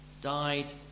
died